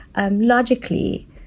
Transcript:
Logically